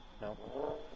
No